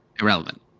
irrelevant